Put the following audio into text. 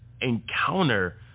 encounter